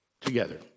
together